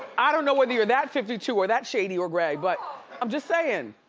i don't know whether you're that fifty two or that shady or gray, but i'm just sayin',